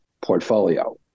portfolio